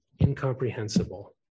incomprehensible